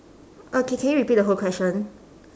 okay can you repeat the whole question